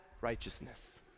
righteousness